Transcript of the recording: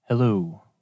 Hello